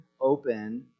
open